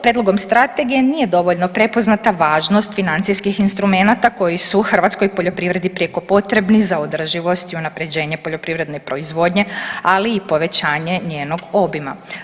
Prijedlogom strategije nije dovoljno prepoznata važnost financijskih instrumenata koji su hrvatskoj poljoprivredi prijeko potrebni za održivost i unaprjeđenje poljoprivredne proizvodnje, ali i povećanje njenog obima.